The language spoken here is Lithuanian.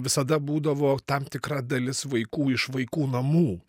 visada būdavo tam tikra dalis vaikų iš vaikų namų